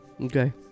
Okay